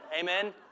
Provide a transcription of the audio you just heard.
Amen